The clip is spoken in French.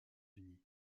unis